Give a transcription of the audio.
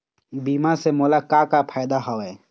बीमा से मोला का का फायदा हवए?